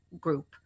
group